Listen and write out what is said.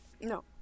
no